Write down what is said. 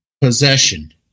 possession